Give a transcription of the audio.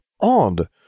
odd